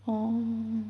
orh